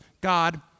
God